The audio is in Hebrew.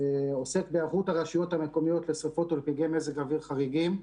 עוסק בהיערכות הרשויות המקומיות לשרפות ולפגעי מזג אוויר חריגים,